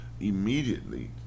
immediately